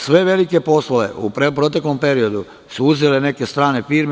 Sve velike poslove u proteklom periodu su uzele neke strane firme.